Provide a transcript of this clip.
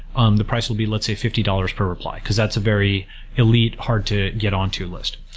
um the price will be, let's say, fifty dollars per reply, because that's a very elite hard to get on to list.